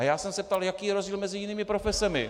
A já jsem se ptal, jaký je rozdíl mezi jinými profesemi.